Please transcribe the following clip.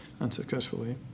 unsuccessfully